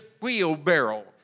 wheelbarrow